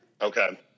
Okay